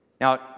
Now